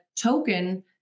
token